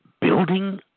building